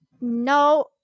no